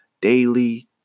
daily